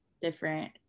different